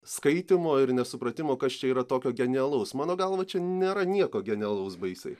skaitymo ir nesupratimo kas čia yra tokio genialaus mano galva čia nėra nieko genialaus baisiai